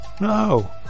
no